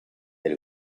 del